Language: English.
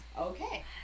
Okay